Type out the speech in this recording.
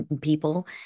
people